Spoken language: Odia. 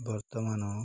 ବର୍ତ୍ତମାନ